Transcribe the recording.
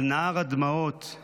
// על נהר הדמעות /